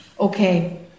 Okay